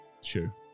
Sure